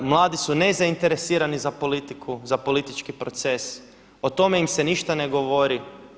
Mladi su nezainteresirani za politiku, za politički proces, o tome im se ništa ne govori.